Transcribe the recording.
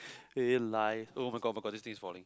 eh lie [oh]-my-god [oh]-my-god this thing is falling